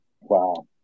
Wow